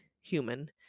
human